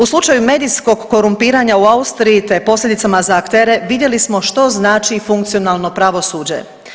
U slučaju medijskog korumpiranja u Austriji, te posljedicama za aktere vidjeli smo što znači funkcionalno pravosuđe.